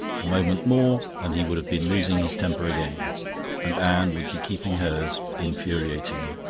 a moment more and he would have been losing his temper again and anne would be keeping hers, infuriatingly.